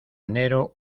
enero